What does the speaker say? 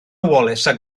wallace